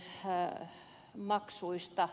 arvoisa puhemies